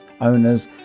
owners